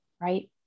right